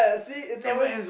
see it's always